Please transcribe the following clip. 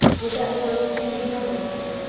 was at work in a gravel-pit,